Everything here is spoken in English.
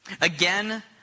Again